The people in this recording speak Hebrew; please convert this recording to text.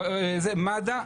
מד"א,